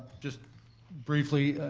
just briefly,